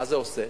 מה זה עושה?